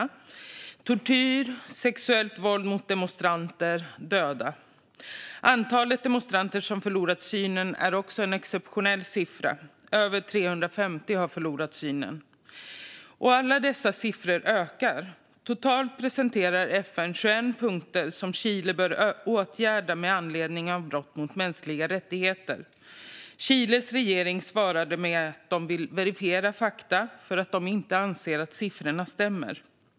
Det rapporteras om tortyr, sexuellt våld mot demonstranter och om döda. Siffran för antalet demonstranter som förlorat synen är också en exceptionell siffra; över 350 har förlorat synen. Och alla dessa siffror ökar. Totalt presenterar FN 21 punkter som Chile bör åtgärda med anledning av brott mot mänskliga rättigheter. Chiles regering svarar med att de vill verifiera fakta, eftersom de anser att siffrorna inte stämmer.